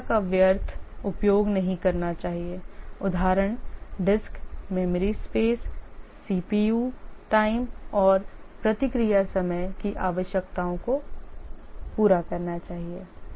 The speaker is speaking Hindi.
दक्षता का व्यर्थ उपयोग नहीं करना चाहिए उदाहरण डिस्क मेमोरी स्पेस सीपीयू समय और प्रतिक्रिया समय की आवश्यकताओं को पूरा करना चाहिए